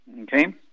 okay